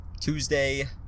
Tuesday